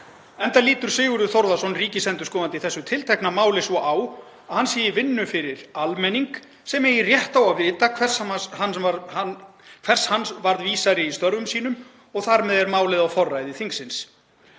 enda lítur Sigurður Þórðarson, ríkisendurskoðandi í þessu tiltekna máli, svo á að hann sé í vinnu fyrir almenning sem eigi rétt á að vita hvers hann varð vísari í störfum sínum. Þar með er málið á forræði þingsins.